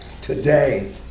today